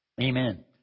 Amen